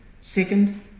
Second